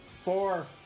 Four